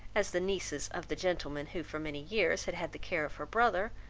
as the nieces of the gentleman who for many years had had the care of her brother,